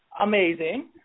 amazing